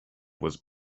was